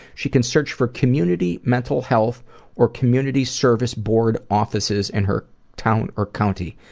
she can search for community mental health or community service board offices in her town or county.